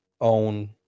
own